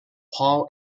paul